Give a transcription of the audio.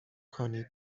کنید